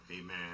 amen